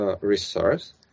resource